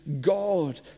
God